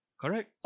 Correct